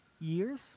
Years